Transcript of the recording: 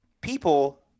people